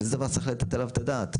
שזה מה שצריך לתת עליו את הדעת,